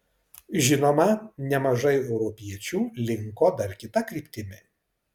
žinoma nemažai europiečių linko dar kita kryptimi